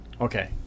Okay